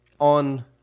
on